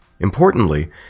Importantly